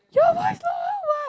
your voice lower [what]